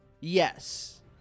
Yes